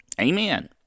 Amen